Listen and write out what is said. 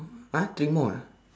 !huh! three more ah